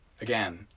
again